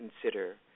consider